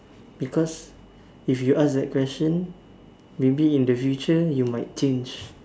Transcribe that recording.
because if you ask that question maybe in the future you might change